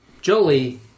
Jolie